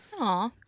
Aw